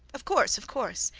of course, of course.